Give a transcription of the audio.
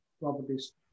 properties